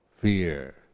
fear